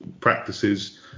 practices